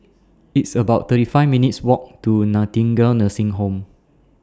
It's about thirty five minutes' Walk to Nightingale Nursing Home